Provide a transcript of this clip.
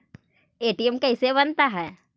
ATM कैसे बनता?